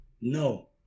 No